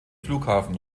flughafen